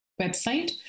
website